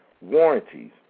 warranties